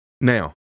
Now